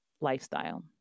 lifestyle